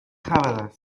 خبر